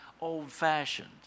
old-fashioned